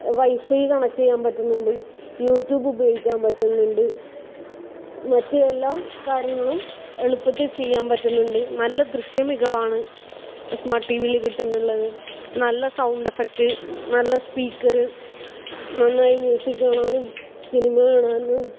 wifi connect ചെയ്യാൻ പറ്റുന്നുണ്ട് YouTube ഉപയോഗിക്കാൻ പറ്റുന്നുണ്ട് മറ്റ് എല്ലാ കാര്യങ്ങളും എളുപ്പത്തിൽ ചെയ്യാൻ പറ്റുന്നുണ്ട് നല്ല ദൃശ്യ മികവാണ് സ്മാർട്ട് ടി വിയിൽ കിട്ടുന്നുള്ളത് നല്ല സൗണ്ട് എഫക്റ്റ് നല്ല സ്പീക്കർ നന്നായി മ്യൂസിക് കാണാനും സിനിമ കാണാനും